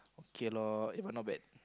k lor they were not bad